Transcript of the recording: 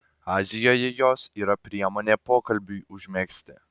azijoje jos yra priemonė pokalbiui užmegzti